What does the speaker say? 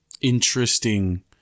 interesting